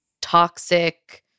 toxic